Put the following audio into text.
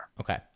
okay